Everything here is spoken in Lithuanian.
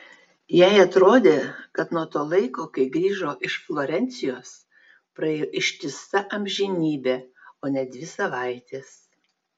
jai atrodė kad nuo to laiko kai grįžo iš florencijos praėjo ištisa amžinybė o ne dvi savaitės